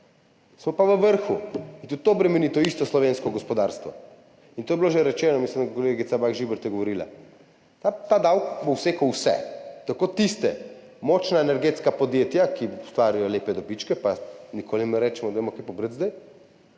smo pa v vrhu. In tudi to bremeni to isto slovensko gospodarstvo. To je bilo že rečeno, mislim, da je kolegica Bah Žibert govorila. Ta davek bo usekal vse, tako močna energetska podjetja, ki ustvarjajo lepe dobičke, pa jim nikoli ne rečemo, dajmo kaj pobrati zdaj,